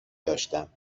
داشتم